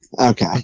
Okay